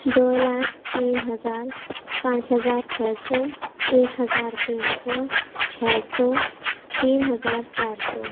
دو لاکھ تین ہزار پانچ ہزار چھ سو ایک ہزار تین سو چھ سو تین ہزار چار سو